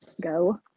go